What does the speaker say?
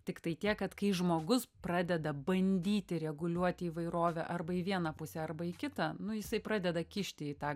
tiktai tiek kad kai žmogus pradeda bandyti reguliuoti įvairovę arba į vieną pusę arba į kitą nu jisai pradeda kišti į tą